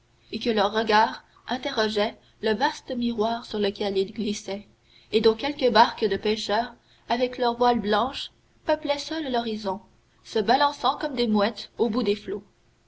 et que leur regard interrogeait le vaste miroir sur lequel ils glissaient et dont quelques barques de pêcheurs avec leurs voiles blanches peuplaient seules l'horizon se balançant comme des mouettes au bout des flots